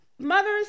Mothers